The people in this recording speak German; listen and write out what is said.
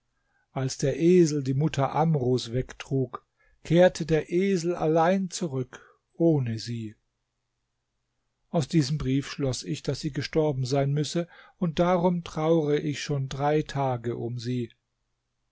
als der esel die mutter amrus wegtrug kehrte der esel allein zurück ohne sie aus diesem brief schloß ich daß sie gestorben sein müsse und darum traure ich schon drei tage um sie